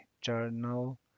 journal